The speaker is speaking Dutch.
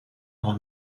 nog